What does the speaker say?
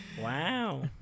Wow